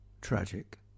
tragic